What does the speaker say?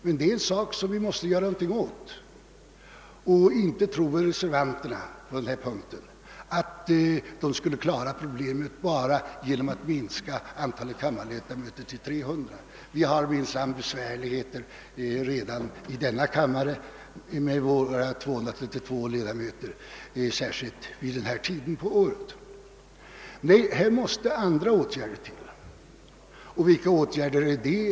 Reservanterna på denna punkt kan väl inte heller tro att problemet skulle klaras bara genom en minskning av antalet kammarledamöter till 300. Vi har minsann besvärligheter redan i denna kammare med våra 233 ledamöter, särskilt vid denna tid på året. Nej, andra åtgärder måste sättas in. Och vilka åtgärder är det?